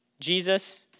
Jesus